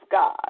God